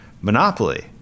Monopoly